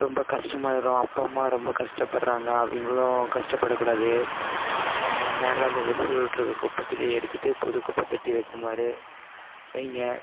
ரொம்ப கஷ்டமாகிரும் அப்பா அம்மா ரொம்ப கஷ்டப்படுறாங்க அவங்களும் கஷ்டப்படக்கூடாது அதனால் அந்த விரிசல் விட்டிருக்கற குப்பைத்தொட்டிய எடுத்துகிட்டு புது குப்பைத்தொட்டி வைக்குமாறு வைய்ங்க